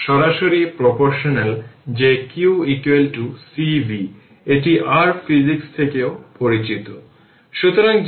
আর আরেকটি বিষয় হল 0 থেকে r এর মধ্যে 4 থেকে 5 সেকেন্ডের মধ্যে কি কল করতে হবে আমি বলেছি 10 বাই 110 পাওয়ার 6 তাই মূলত 1010 থেকে পাওয়ার 6 ভোল্ট পার সেকেন্ডে